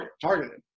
targeted